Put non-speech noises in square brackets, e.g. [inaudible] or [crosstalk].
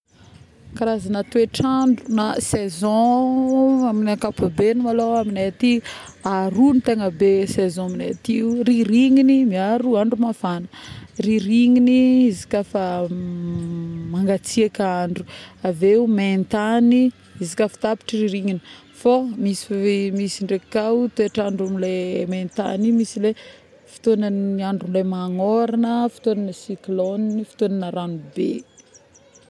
Karazagny toetr'andro na saison [hesitation] amin'ny ankapobegny malôha aminay aty aroa no tegna be saison aminay aty io.ririgniny miaro andro mafagna, ririgniny iz'ka fa [hesitation] mangatseka andro avieo maintagny iz'ka tapitry ririgniny fô misy misy ndraiky ao toetr'andro aminle maintagny iny misy le fotôgna andro le magnoragna fotôgna cyclonyy fotôgna ranobe